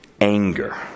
anger